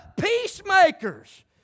peacemakers